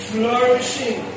flourishing